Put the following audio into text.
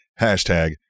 Hashtag